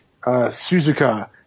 Suzuka